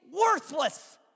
worthless